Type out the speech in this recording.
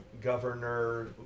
governor